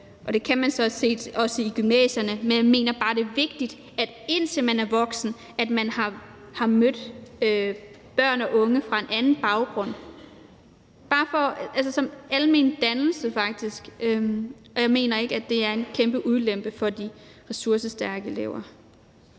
det kan man sådan set også i gymnasierne, men jeg mener bare, at det er vigtigt, at man, indtil man er voksen, har mødt børn og unge fra en anden baggrund – som almen dannelse, faktisk. Og jeg mener ikke, at det er en kæmpe ulempe for de ressourcestærke elever.